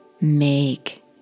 make